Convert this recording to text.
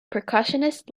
percussionist